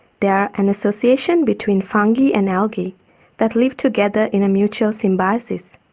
they are an association between fungi and algae that live together in a mutual symbiosis,